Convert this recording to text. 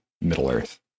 Middle-earth